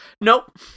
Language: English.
nope